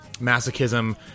masochism